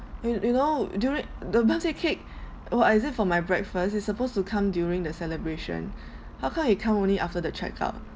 you you know during the birthday cake oh is it for my breakfast it's supposed to come during the celebration how come it come only after the check out